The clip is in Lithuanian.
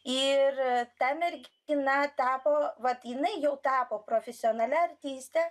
ir ta mergina tapo vat jinai jau tapo profesionalia artiste